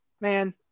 man